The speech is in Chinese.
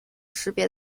识别